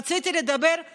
רציתי לדבר על